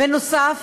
בנוסף